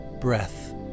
breath